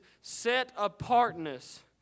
set-apartness